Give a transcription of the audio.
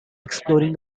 exploring